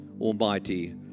almighty